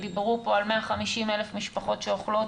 דיברו פה על 150,000 משפחות שאוכלות